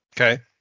Okay